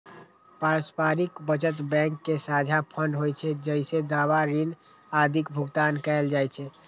पारस्परिक बचत बैंक के साझा फंड होइ छै, जइसे दावा, ऋण आदिक भुगतान कैल जाइ छै